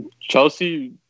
Chelsea